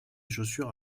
chaussures